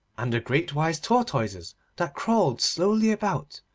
and the great wise tortoises that crawled slowly about,